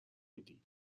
میدی